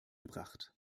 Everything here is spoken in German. gebracht